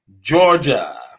Georgia